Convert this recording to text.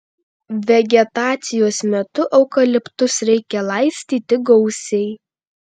vegetacijos metu eukaliptus reikia laistyti gausiai